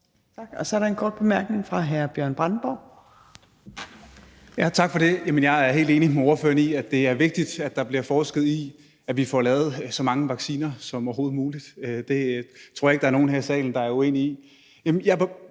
Torp): Så er der en kort bemærkning fra hr. Bjørn Brandenborg. Kl. 11:57 Bjørn Brandenborg (S): Tak for det. Jeg er helt enig med ordføreren i, at det er vigtigt, at der bliver forsket i, at vi får lavet så mange vacciner som overhovedet muligt. Det tror jeg ikke der er nogen her i salen der er uenige i.